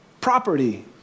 property